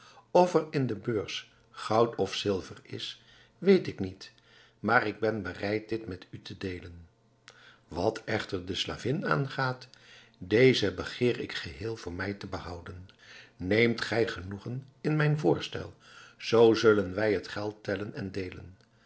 of er in de beurs goud of zilver is weet ik niet maar ik ben bereid dit met u te deelen wat echter de slavin aangaat deze begeer ik geheel voor mij te behouden neemt gij genoegen in mijn voorstel zoo zullen wij het geld tellen en deelen